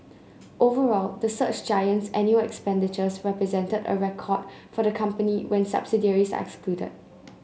overall the search giant's annual expenditures represented a record for the company when subsidiaries are excluded